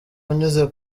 unyuze